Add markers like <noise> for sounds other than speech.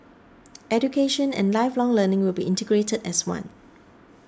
<noise> education and lifelong learning will be integrated as one